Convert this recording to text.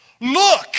Look